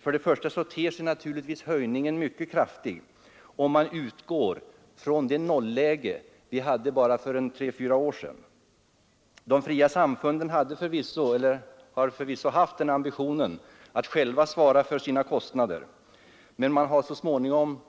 För det första ter sig naturligtvis höjningen mycket kraftig om man utgår från det nolläge vi hade bara för tre fyra år sedan. De fria samfunden har förvisso haft ambitionen att själva svara för sina kostnader, men de har så småningom